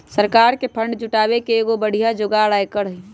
सरकार के फंड जुटावे के एगो बढ़िया जोगार आयकर हई